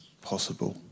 possible